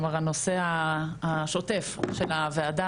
כלומר הנושא השוטף של הוועדה,